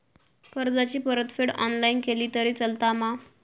कर्जाची परतफेड ऑनलाइन केली तरी चलता मा?